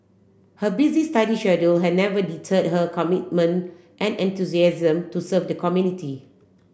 her busy study schedule had never deterred her commitment and enthusiasm to serve the community